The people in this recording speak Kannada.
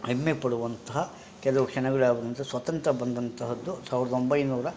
ಹೆಮ್ಮೆ ಪಡುವಂತಹ ಕೆಲವು ಕ್ಷಣಗಳು ಯಾವುವಂದರೆ ಸ್ವತಂತ್ರ ಬಂದಂತಹದ್ದು ಸಾವಿರ್ದ ಒಂಬೈನೂರ